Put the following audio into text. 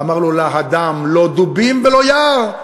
ואמר לו: להד"ם, לא דובים ולא יער.